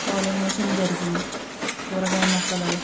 pollination జరిగి కూరగాయ మొక్కలు